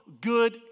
good